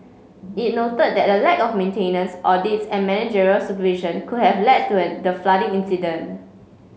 it noted that a lack of maintenance audits and managerial supervision could have led to an the flooding incident